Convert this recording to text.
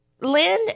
Lynn